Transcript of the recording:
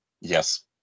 Yes